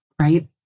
Right